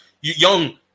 young